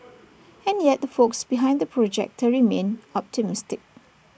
and yet the folks behind the projector remain optimistic